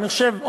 אני חושב,